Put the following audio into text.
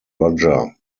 roger